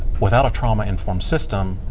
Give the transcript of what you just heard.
without a trauma informed system,